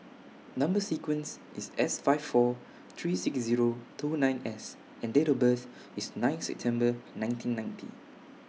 Number sequence IS S five four three six Zero two nine S and Date of birth IS nine September nineteen ninety